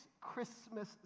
Christmas